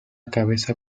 cabeza